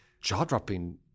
jaw-dropping